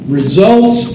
results